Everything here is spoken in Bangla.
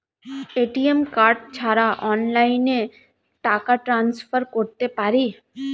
এ.টি.এম কার্ড ছাড়া অনলাইনে টাকা টান্সফার করতে পারি?